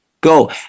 Go